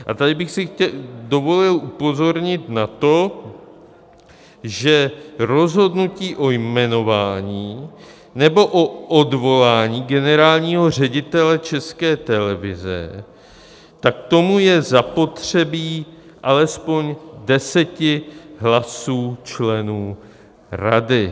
A tady bych si dovolil upozornit na to, že rozhodnutí o jmenování nebo o odvolání generálního ředitele České televize, tak k tomu je zapotřebí alespoň 10 hlasů členů rady.